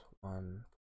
one